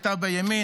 הייתה בימין,